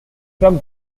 struck